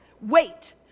wait